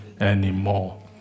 anymore